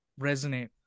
resonate